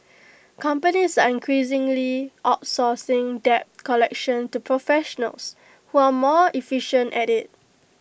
companies are increasingly outsourcing debt collection to professionals who are more efficient at IT